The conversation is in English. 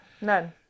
None